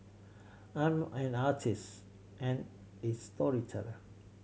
I'm an artist and a storyteller